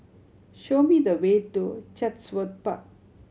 show me the way to Chatsworth Park